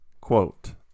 quote